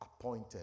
appointed